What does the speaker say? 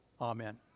Amen